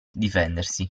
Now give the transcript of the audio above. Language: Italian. difendersi